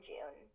June